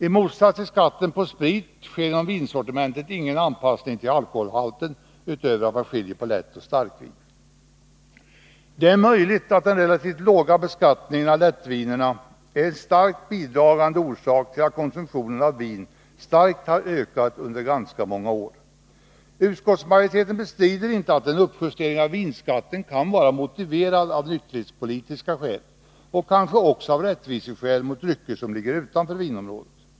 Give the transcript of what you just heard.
I motsats till skatten på sprit sker inom vinsortimentet ingen anpassning till alkoholhalten utöver att man skiljer på lätt och starkvin. Det är möjligt att den relativt låga beskattningen av lättvinerna är en stark bidragande orsak till att konsumtionen av vin har ökat kraftigt under ganska många år. Utskottsmajoriteten bestrider inte att en uppjustering av vinskatten kan vara motiverad av nykterhetspolitiska skäl och kanske också av rättviseskäl i förhållande till drycker som ligger utanför vinområdet.